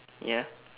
ya